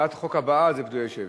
הצעת החוק הבאה זה פדויי שבי.